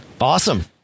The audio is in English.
Awesome